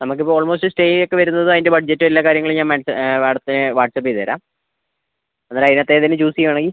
നമുക്ക് ഇപ്പോൾ almost stay ഒക്കെ വരുന്നത് അതിൻ്റെ ബഡ്ജറ്റ് എല്ലാ കാര്യങ്ങളും ഞാൻ മാഡ്ത് മാഡത്തിന് വാട്സപ്പ് ചെയ്തുതരാം അന്നേരം അതിനകത്തെ ഏതെങ്കിലും ചൂസ് ചെയ്യുവാണെങ്കിൽ